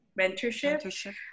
mentorship